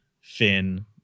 Finn